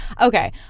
Okay